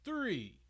Three